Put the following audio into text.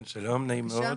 שלום, נעים מאוד.